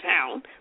town